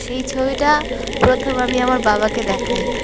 সেই ছবিটা প্রথম আমি আমার বাবাকে দেখাই